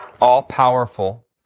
all-powerful